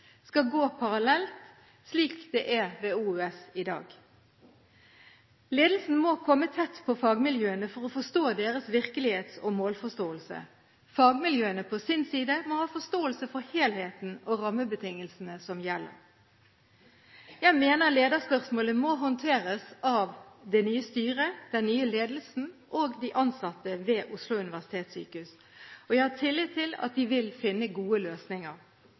skal gå parallelt, slik det er ved Oslo universitetssykehus i dag. Ledelsen må komme tett på fagmiljøene for å forstå deres virkelighets- og målforståelse. Fagmiljøene på sin side må ha forståelse for helheten og rammebetingelsene som gjelder. Jeg mener lederspørsmålet må håndteres av det nye styret, den nye ledelsen og de ansatte ved Oslo universitetssykehus. Jeg har tillit til at de vil finne gode løsninger.